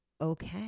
okay